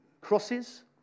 crosses